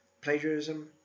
Plagiarism